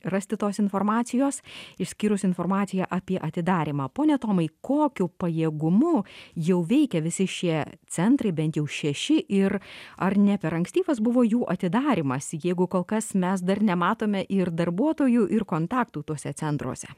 rasti tos informacijos išskyrus informaciją apie atidarymą pone tomai kokiu pajėgumu jau veikia visi šie centrai bent jau šeši ir ar ne per ankstyvas buvo jų atidarymas jeigu kol kas mes dar nematome ir darbuotojų ir kontaktų tuose centruose